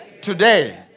Today